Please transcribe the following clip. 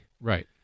Right